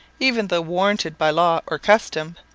even though warranted by law or custom,